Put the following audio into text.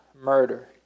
murder